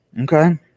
Okay